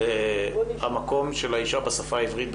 מקום האישה בשפה העברית,